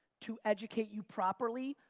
to educate you properly,